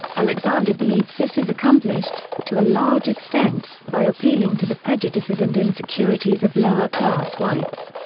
alexander believes this is accomplished, to a large extent, by appealing to the prejudices and insecurities of lower-class whites.